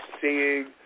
seeing